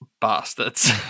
bastards